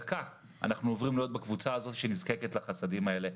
בתוך דקה נעבור להיות בקבוצה שנזקקת לחסדים האלה.